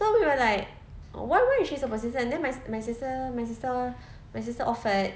so we were like why why is she so persistent then my my sister my sister my sister offered